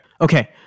okay